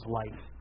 life